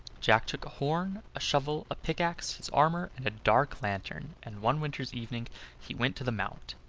jack took a horn, a shovel, a pickaxe, his armor, and a dark lantern, and one winter's evening he went to the mount.